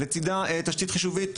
לצדה תשתית חישובית,